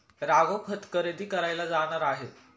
राघव खत खरेदी करायला जाणार आहे